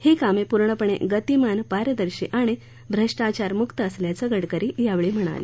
ही कामं पुर्णपणे गतीमानपारदर्शी आणि भ्रष्टाचारमुक्त असल्याचं गडकरी यावेळी म्हणाले